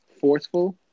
forceful